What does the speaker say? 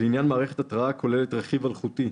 לעניין מערכת התרעה הכוללת רכיב אלחוטי,